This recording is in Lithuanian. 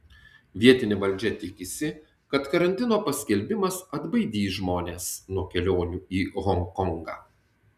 vietinė valdžia tikisi kad karantino paskelbimas atbaidys žmones nuo kelionių į honkongą